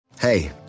Hey